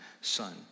son